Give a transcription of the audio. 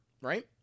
Right